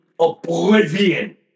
oblivion